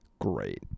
great